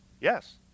yes